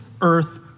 earth